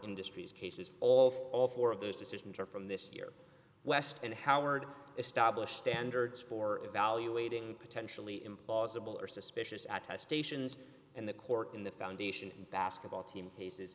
industries cases all four of those decisions are from this year west and howard establish standards for evaluating potentially implausible or suspicious at test ations and the court in the foundation basketball team cases